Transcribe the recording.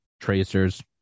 tracers